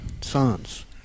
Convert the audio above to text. sons